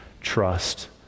trust